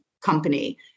company